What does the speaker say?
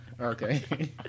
Okay